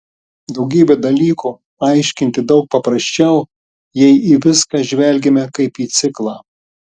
daugybę dalykų paaiškinti daug paprasčiau jei į viską žvelgiame kaip į ciklą